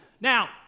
Now